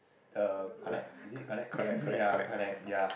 the connect is it connect ya connect ya